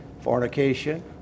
fornication